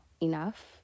enough